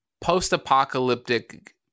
post-apocalyptic